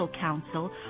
Council